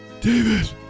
David